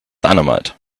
dynamite